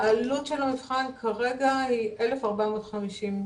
עלות המבחן כרגע היא 1,450 שקל.